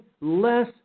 less